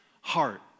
heart